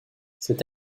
c’est